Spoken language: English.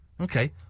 Okay